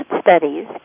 studies